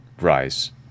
rise